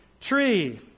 tree